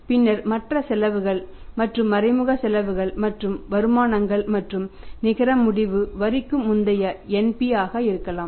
பின்னர் மற்ற செலவுகள் மற்றும் மறைமுக செலவுகள் மற்றும் வருமானங்கள் மற்றும் நிகர முடிவு வரிக்கு முந்தைய NP ஆக இருக்கலாம்